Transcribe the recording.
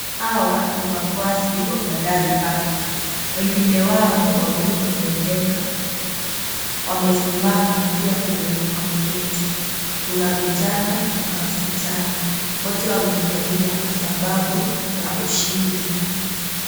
Hawa ni wafuasi wa Bandari fans, wengine wao wamebeba bendera. Wamesimama na pia kuna wenye wameketi, kuna vijana na wasichana. Wote wamefurahia kwa sababu ya ushindi.